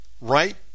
right